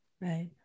Right